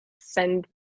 send